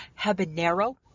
habanero